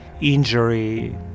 injury